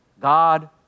God